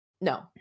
no